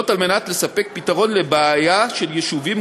זאת כדי לספק פתרון לבעיה של יישובים